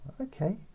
okay